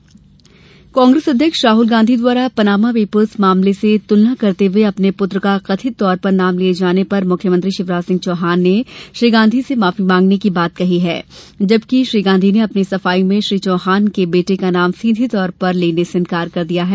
राहुल मुख्यमंत्री कांग्रेस अध्यक्ष राहुल गांधी द्वारा पनामा पेपर्स मामले से तुलना करते हुए अपने पुत्र का कथित तौर पर नाम लिये जाने पर मुख्यमंत्री शिवराज सिंह चौहान ने श्री गांधी से माफी मांगने की बात कही है जबकि श्री गांधी ने अपनी सफाई में श्री चौहान के बेटे का नाम सीधे तौर पर लेने से इनकार किया है